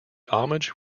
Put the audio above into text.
homage